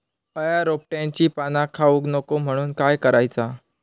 अळ्या रोपट्यांची पाना खाऊक नको म्हणून काय करायचा?